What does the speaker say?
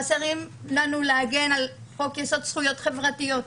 חסר לנו להגן על חוק-יסוד: זכויות חברתיות,